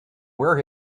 wear